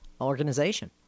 organization